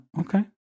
okay